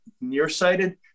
nearsighted